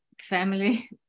family